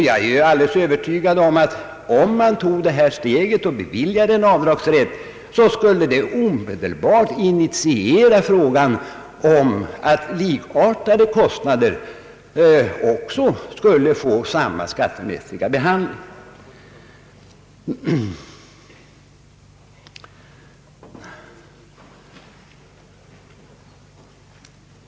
Jag är övertygad om att om man beviljade avdragsrätt i detta avseende skulle det omedelbart aktualisera frågan om att likartade kostnader skulle få samma skattemässiga behandling.